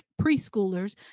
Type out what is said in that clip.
preschoolers